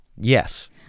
Yes